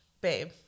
babe